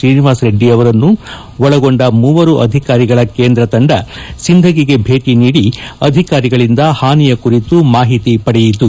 ತ್ರೀನಿವಾಸರೆಡ್ಡಿ ಅವರನ್ನು ಒಳಗೊಂಡ ಮೂವರು ಅಧಿಕಾರಿಗಳ ಕೇಂದ್ರ ತಂಡ ಸಿಂಧಗಿಗೆ ಭೇಟಿ ನೀಡಿ ಅಧಿಕಾರಿಗಳಿಂದ ಹಾನಿಯ ಕುರಿತು ಮಾಹಿತಿ ಪಡೆಯುತು